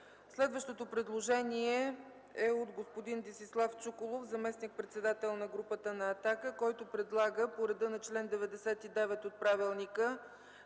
Следващото предложение е от господин Десислав Чуколов – заместник-председател на групата на „Атака”, който предлага по реда на чл. 99 от правилника